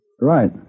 Right